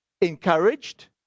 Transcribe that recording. encouraged